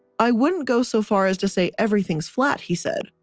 i wouldn't go so far as to say everything's flat, he said.